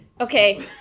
Okay